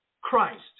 Christ